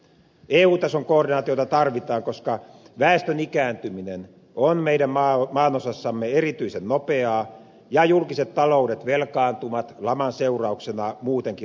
eu tason koordinaatiota tarvitaan koska väestön ikääntyminen on meidän maanosassamme erityisen nopeaa ja julkiset taloudet velkaantuvat laman seurauksena muutenkin rajusti